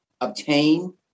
obtain